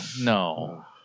No